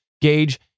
gauge